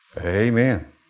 Amen